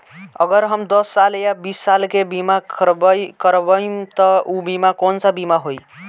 अगर हम दस साल या बिस साल के बिमा करबइम त ऊ बिमा कौन सा बिमा होई?